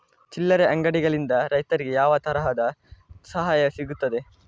ಚಿಲ್ಲರೆ ಅಂಗಡಿಗಳಿಂದ ರೈತರಿಗೆ ಯಾವ ತರದ ಸಹಾಯ ಸಿಗ್ತದೆ?